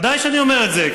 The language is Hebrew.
בוודאי שאני אומר את זה,